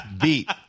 beat